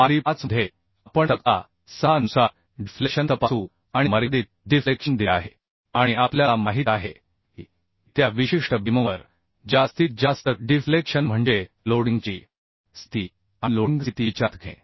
पायरी 5 मध्ये आपण तक्ता 6 नुसार डिफ्लेक्शन तपासू आणि मर्यादित डिफ्लेक्शन दिले आहे आणि आपल्याला माहित आहे की त्या विशिष्ट बीमवर जास्तीत जास्त डिफ्लेक्शन म्हणजे लोडिंगची स्थिती आणि लोडिंग स्थिती विचारात घेणे